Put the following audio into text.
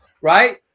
right